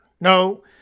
No